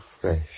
fresh